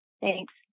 Thanks